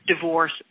divorce